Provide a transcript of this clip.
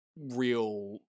real